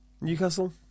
Newcastle